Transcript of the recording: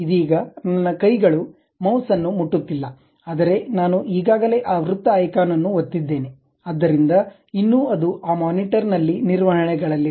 ಇದೀಗ ನನ್ನ ಕೈಗಳು ಮೌಸ್ ಅನ್ನು ಮುಟ್ಟುತ್ತಿಲ್ಲ ಆದರೆ ನಾನು ಈಗಾಗಲೇ ಆ ವೃತ್ತ ಐಕಾನ್ ಅನ್ನು ಒತ್ತಿದ್ದೇನೆ ಆದ್ದರಿಂದ ಇನ್ನೂ ಅದು ಆ ಮಾನಿಟರ್ನಲ್ಲಿ ನಿರ್ವಹಣೆ ಗಳಲ್ಲಿದೆ